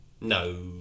No